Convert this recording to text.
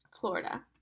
Florida